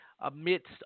amidst